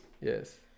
yes